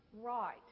Right